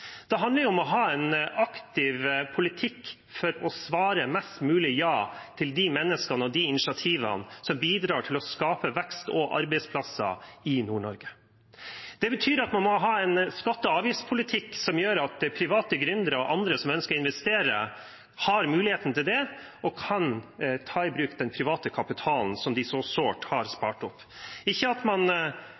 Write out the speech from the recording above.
Det handler om å ha en aktiv politikk for å svare mest mulig ja til de menneskene og de initiativene som bidrar til å skape vekst og arbeidsplasser i Nord-Norge. Det betyr at man må ha en skatte- og avgiftspolitikk som gjør at private gründere og andre som ønsker å investere, har mulighet til det og kan ta i bruk den private kapitalen som de så sårt har spart opp – ikke at man